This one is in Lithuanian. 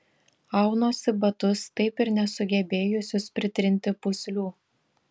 aunuosi batus taip ir nesugebėjusius pritrinti pūslių